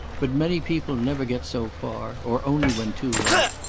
but many people never get so far, or only when too late.